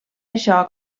això